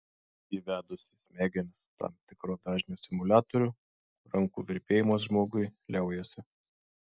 įvedus į smegenis tam tikro dažnio stimuliatorių rankų virpėjimas žmogui liaujasi